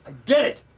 get,